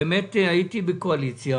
באמת הייתי בקואליציה,